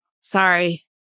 sorry